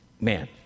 Man